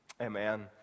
Amen